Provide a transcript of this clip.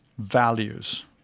values